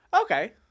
Okay